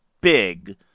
big